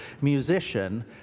musician